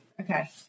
Okay